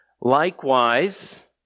Likewise